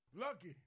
Lucky